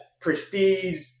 prestige